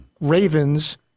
Ravens